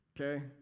okay